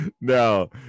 No